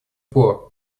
пор